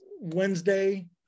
Wednesday